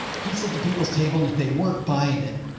he'd set the people's table. and if they weren't buying it,